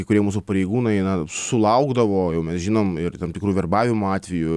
kai kurie mūsų pareigūnai na sulaukdavo jau mes žinom ir tam tikrų verbavimo atvejų